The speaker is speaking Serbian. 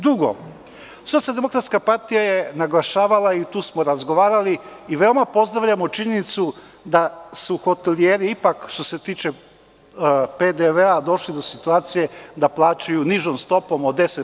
Drugo, Socijaldemokratska partija je naglašavala, i tu smo razgovarali, veoma pozdravljamo činjenicu da su hotelijeri ipak, što se tiče PDV-a, došli do situacije da plaćaju nižom stopom od 10%